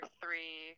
three